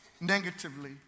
negatively